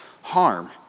harm